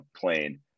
plane